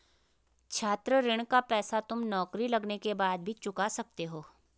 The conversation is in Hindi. छात्र ऋण का पैसा तुम नौकरी लगने के बाद भी चुका सकते हो